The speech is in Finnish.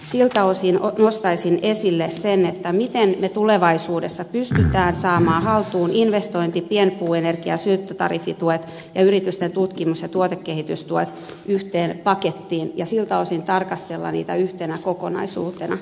siltä osin nostaisin esille sen miten me tulevaisuudessa pystymme saamaan investointi pienpuuenergia ja syöttötariffituet ja yritysten tutkimus ja tuotekehitystuet yhteen pakettiin ja siltä osin tarkastelemaan niitä yhtenä kokonaisuutena